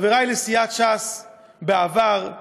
חברי לסיעת ש"ס בעבר,